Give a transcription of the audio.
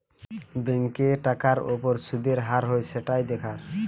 ব্যাংকে টাকার উপর শুদের হার হয় সেটাই দেখার